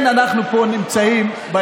לכן אנחנו נמצאים פה,